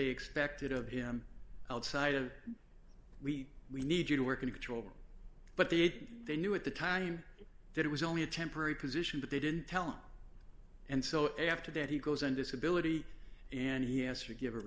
they expected of him outside of we we need you to work in control but the eight they knew at the time that it was only a temporary position but they didn't tell him and so after that he goes on disability and he has to give a